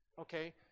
Okay